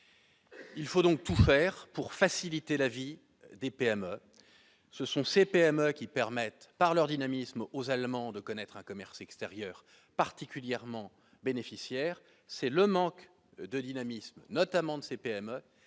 Il faut donc tout faire pour faciliter la vie des PME, ce sont ces PME qui permettent, par leur dynamisme aux Allemands de connaître un commerce extérieur particulièrement bénéficiaire, c'est le manque de dynamisme, notamment de ces PME